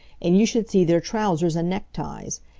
and you should see their trousers and neckties!